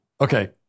Okay